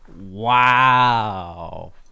Wow